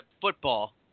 football